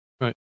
Right